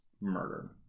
murder